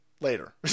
later